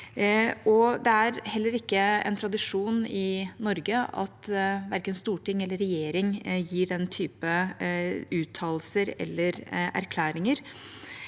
Det er heller ikke en tradisjon i Norge for at verken storting eller regjering gir den type uttalelser eller erklæringer,